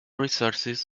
resources